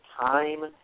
time